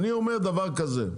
אני אומר דבר כזה.